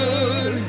Good